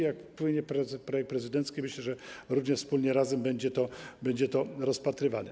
Jak wpłynie projekt prezydencki, myślę, że również wspólnie, razem będzie to rozpatrywane.